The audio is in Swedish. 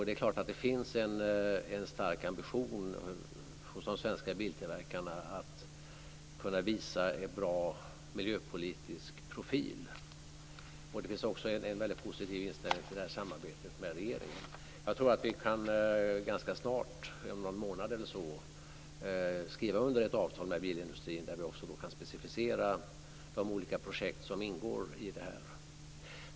Det är klart att det finns en stark ambition hos de svenska biltillverkarna att kunna visa en bra miljöpolitisk profil. Det finns också en väldigt positiv inställning till samarbetet med regeringen. Jag tror att vi ganska snart, om någon månad eller så, kan skriva under ett avtal med bilindustrin där vi också kan specificera de olika projekt som ingår i detta.